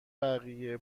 بقیه